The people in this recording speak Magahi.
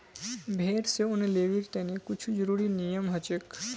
भेड़ स ऊन लीबिर तने कुछू ज़रुरी नियम हछेक